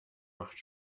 macht